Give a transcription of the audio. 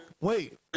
Wait